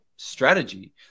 strategy